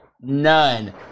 none